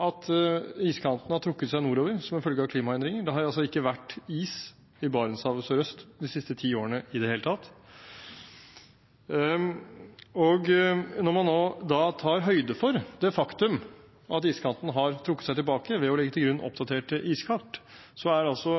at iskanten har trukket seg nordover som følge av klimaendringer. Det har ikke vært is i Barentshavet sørøst de siste ti årene i det hele tatt. Når man da tar høyde for det faktum at iskanten har trukket seg tilbake, ved å legge til grunn oppdaterte iskart, er vi altså